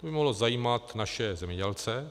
To by mohlo zajímat naše zemědělce.